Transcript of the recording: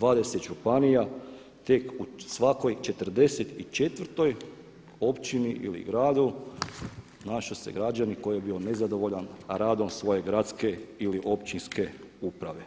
20 županija te u svakoj 44 općini ili gradu našao se građanin koji je bio nezadovoljan radom svoje gradske ili općinske uprave.